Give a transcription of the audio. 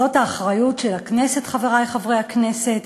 זאת האחריות של הכנסת, חברי חברי הכנסת,